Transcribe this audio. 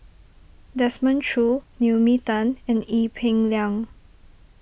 Desmond Choo Naomi Tan and Ee Peng Liang